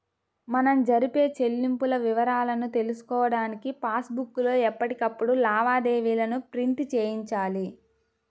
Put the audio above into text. మనం జరిపే చెల్లింపుల వివరాలను తెలుసుకోడానికి పాస్ బుక్ లో ఎప్పటికప్పుడు లావాదేవీలను ప్రింట్ చేయించాలి